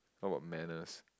how about manners